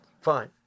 Fine